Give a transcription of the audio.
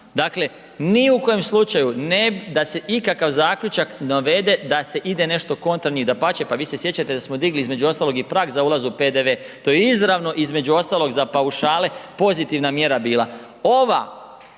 Dakle, ni u kojem slučaju ne, da se ikakav zaključak navede da se ide nešto kontra njih. Dapače, pa vi se sjećate da smo digli između ostalog i prag za ulaz u PDV to je izravno između ostalog za paušale pozitivna mjera bila. Ova